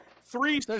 three